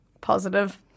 positive